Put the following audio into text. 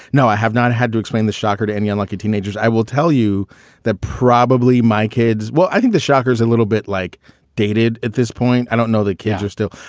no, i have not had to explain the shocker to any unlucky teenagers. i will tell you that probably my kids. well, i think the shockers a little bit like dated at this point. point. i don't know that kids are still.